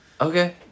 Okay